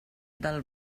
del